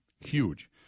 Huge